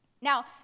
Now